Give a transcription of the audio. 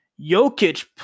Jokic